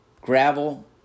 gravel